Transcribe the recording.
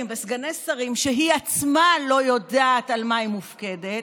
וסגני שרים שהיא עצמה לא יודעת על מה היא מופקדת,